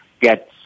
get